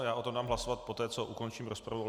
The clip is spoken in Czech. Já o tom dám hlasovat poté, co ukončím rozpravu.